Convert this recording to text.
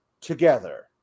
together